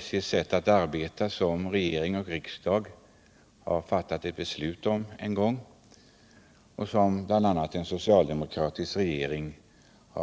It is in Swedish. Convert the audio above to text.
SJ:s sätt att arbeta har regering och riksdag en gång dragit upp riktlinjerna för, och det har bl.a. en socialdemokratisk regering